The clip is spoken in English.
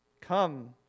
Come